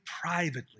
privately